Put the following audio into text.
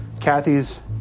Kathy's